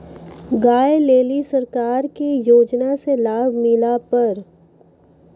गाय ले ली सरकार के योजना से लाभ मिला पर?